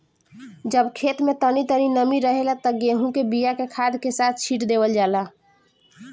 जब खेत में तनी तनी नमी रहेला त गेहू के बिया के खाद के साथ छिट देवल जाला